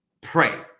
Pray